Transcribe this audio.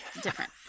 Different